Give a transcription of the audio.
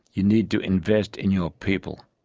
you need to invest in your people.